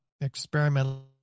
experimental